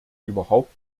überhaupt